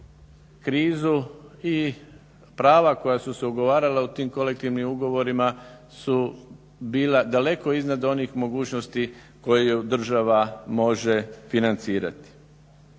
krizu i prava koja su se ugovarala u tim kolektivnim ugovorima su bila daleko od mogućnosti koje država može financirati.